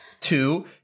Two